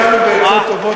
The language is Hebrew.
יצאנו בעצות טובות,